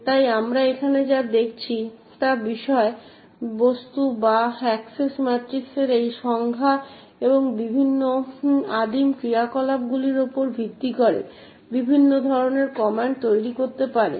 তাই আমরা এখানে যা দেখছি তা বিষয় বস্তু বা অ্যাক্সেস ম্যাট্রিক্সের এই সংজ্ঞা এবং বিভিন্ন আদিম ক্রিয়াকলাপগুলির উপর ভিত্তি করে বিভিন্ন ধরনের কমান্ড তৈরি করতে পারে